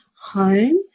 home